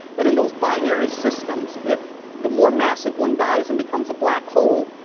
and, in those binary systems, if the more massive one dies and becomes a black hole,